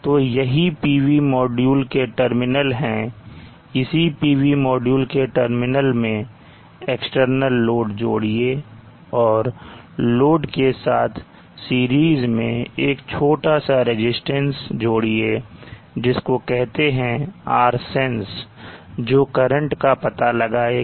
तो यही PV module के टर्मिनल हैं इसी PV मॉड्यूल के टर्मिनल में एक्सटर्नल लोड जोड़िए और लोड के साथ सीरीज में एक छोटा सा रजिस्टेंस जोड़िए जिसको कहते हैं Rsense जो करंट का पता लगाएगा